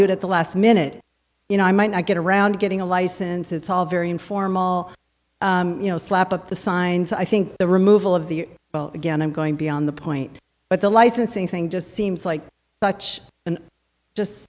do it at the last minute you know i might not get around getting a license it's all very informal you know slap up the signs i think the removal of the well again i'm going beyond the point but the licensing thing just seems like such an